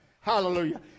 Hallelujah